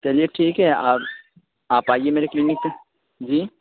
چلیے ٹھیک ہے آپ آپ آئیے میرے کلینک پے جی